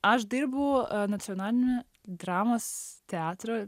aš dirbu nacionalinio dramos teatro